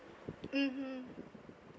mmhmm